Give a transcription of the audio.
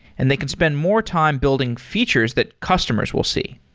and they can spend more time building features that customers will see.